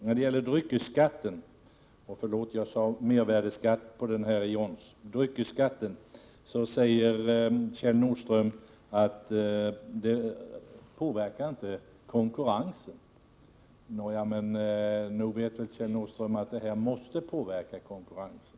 När det gäller dryckesskatten — förlåt, jag sade mervärdeskatt i jåns — säger Kjell Nordström att den inte påverkar konkurrensen. Nog vet väl Kjell Nordström att den måste påverka konkurrensen.